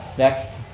next.